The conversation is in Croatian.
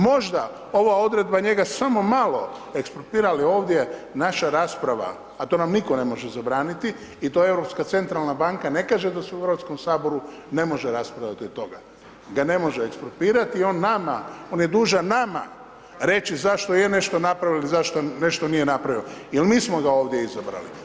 Možda ova odredba njega samo malo ekspropira, ali ovdje naša rasprava, a to nam nitko ne može zabraniti i to Europska centralna banka ne kaže da se u HS ne može raspravljati od toga, da ne može ekspropirati, on nama, on je dužan nama reći zašto je nešto napravili ili zašto nešto nije napravio, jel mi smo ga ovdje izabrali.